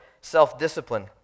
self-discipline